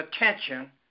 attention